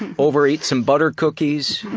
and overeat some butter cookies, and